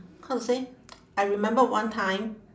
how to say I remember one time